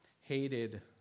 Hated